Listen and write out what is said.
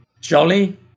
jolly